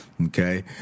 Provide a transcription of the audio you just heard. Okay